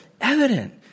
evident